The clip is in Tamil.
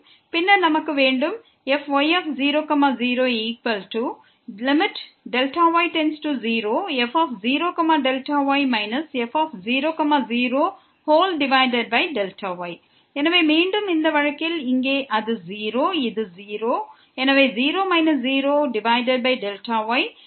பின்னர் நம்மிடம் இது இருக்கிறது fy0 0f0Δy f00Δy எனவே மீண்டும் இந்த வழக்கில் இங்கே அது 0 இது 0 எனவே 0 0Δy